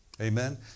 Amen